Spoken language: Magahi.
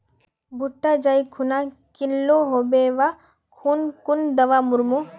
भुट्टा जाई खुना निकलो होबे वा खुना कुन दावा मार्मु?